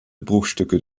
bruchstücke